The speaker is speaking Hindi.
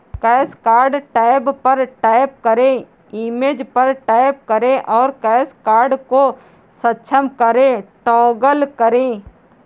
कैश कार्ड टैब पर टैप करें, इमेज पर टैप करें और कैश कार्ड को सक्षम करें टॉगल करें